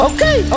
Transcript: Okay